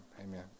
Amen